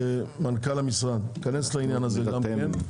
מנכ"ל המשרד, תיכנס לעניין הזה גם כן.